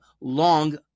long